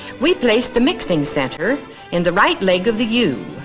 we placed the mixing center and the right leg of the u.